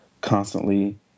constantly